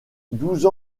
douze